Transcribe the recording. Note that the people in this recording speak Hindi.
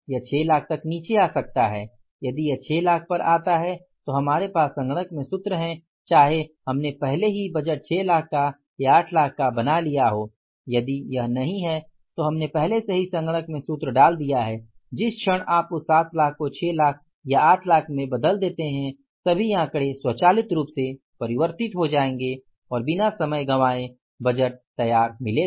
यह 6 लाख तक नीचे आ सकता है यदि यह 6 लाख पर आता है तो हमारे पास संगणक में सूत्र है चाहे हमने पहले ही बजट 6 लाख या 8 लाख का बना लिया हो यदि यह नहीं है तो हमने पहले से ही संगणक में सूत्र डाल दिया है जिस क्षण आप उस 7 लाख को 6 लाख या 8 लाख में बदल देते हैं सभी आंकड़े स्वचालित रूप से परिवर्तित हो जाएंगे और बिना समय गवाए बजट के तैयार मिलेगा